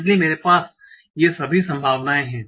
इसलिए मेरे पास ये सभी संभावनाएं हैं